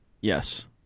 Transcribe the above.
Yes